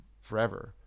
forever